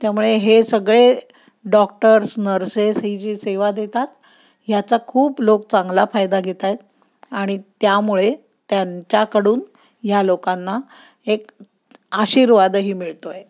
त्यामुळे हे सगळे डॉक्टर्स नर्सेस ही जी सेवा देतात ह्याचा खूप लोक चांगला फायदा घेत आहेत आणि त्यामुळे त्यांच्याकडून ह्या लोकांना एक आशीर्वादही मिळतो आहे